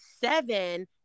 seven